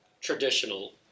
traditional